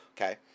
Okay